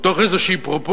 מתוך איזו פרופורציה,